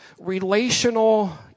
relational